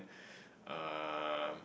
um